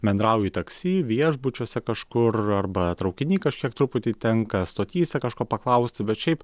bendrauji taksi viešbučiuose kažkur arba traukiny kažkiek truputį tenka stotyse kažko paklausti bet šiaip